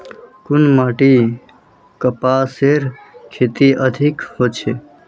कुन माटित कपासेर खेती अधिक होचे?